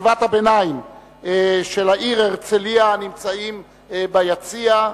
מחטיבת הביניים של העיר הרצלייה הנמצאים ביציע,